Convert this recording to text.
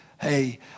hey